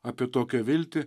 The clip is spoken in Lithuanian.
apie tokią viltį